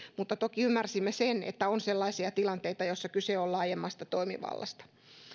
mutta toki ymmärsimme sen että on sellaisia tilanteita joissa kyse on laajemmasta toimivallasta